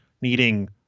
needing